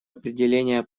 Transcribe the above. определения